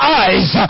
eyes